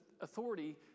authority